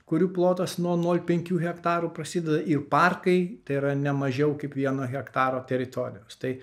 kurių plotas nuo nol penkių hektarų prasideda ir parkai tai yra ne mažiau kaip vieno hektaro teritorijos tai